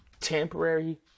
temporary